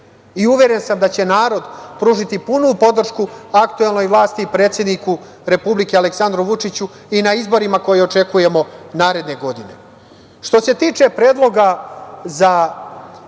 i uveren sam da će narod pružiti punu podršku aktuelnoj vlasti i predsedniku Republike Aleksandru Vučiću i na izborima koje očekujemo naredne godine. Što se tiče Odluke o izboru